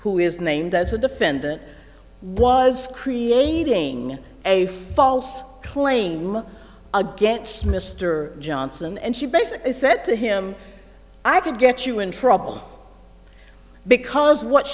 who is named as a defendant was creating a false claim against mr johnson and she basically said to him i could get you in trouble because what